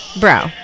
bro